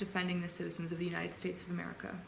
defending the citizens of the united states of america